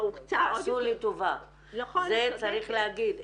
עשו לי טובה, זה צריך להגיד.